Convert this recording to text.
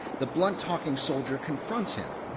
the blunt-talking soldier confronts him.